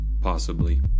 Possibly